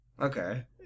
Okay